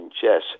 chess